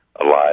alive